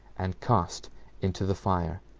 and cast into the fire